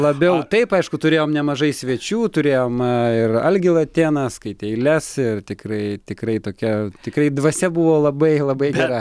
labiau taip aišku turėjom nemažai svečių turėjom ir algį latėną skaitė eiles ir tikrai tikrai tokia tikrai dvasia buvo labai labai gera